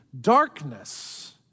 Darkness